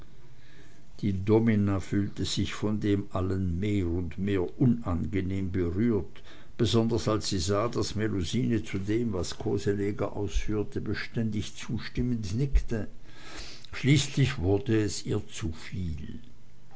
die domina fühlte sich von dem allem mehr und mehr unangenehm berührt besonders als sie sah daß melusine zu dem was koseleger ausführte beständig zustimmend nickte schließlich wurd es ihr zuviel